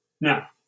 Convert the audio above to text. Now